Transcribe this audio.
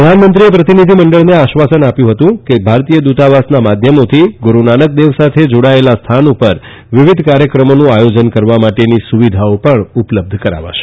પ્રધાનમંત્રીએ પ્રતિનિધી મંડળને આશ્વાસન આપ્યું હતું કે ભારતીય દૂતાવાસના માધ્યમોથી ગુરૂનાનક દેવ સાથે જાડાયેલા સ્થાન પર વિવિધ કાર્યક્રમો આયોજન કરવા માટેની સુવિધાઓ ઉપલબ્ધ કરાવાશે